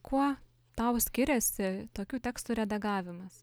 kuo tau skiriasi tokių tekstų redagavimas